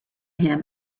him